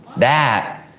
that